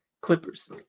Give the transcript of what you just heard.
Clippers